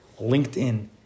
LinkedIn